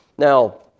Now